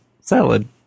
salad